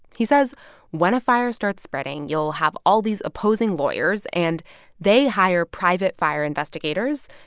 he says when a fire start spreading, you'll have all these opposing lawyers. and they hire private fire investigators.